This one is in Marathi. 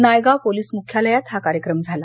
नायगाव पोलीस मुख्यालयात हा कार्यक्रम झाला